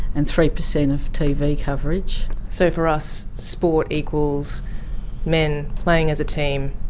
and three percent of tv coverage. so for us, sport equals men playing as a team,